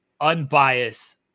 unbiased